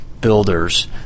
builders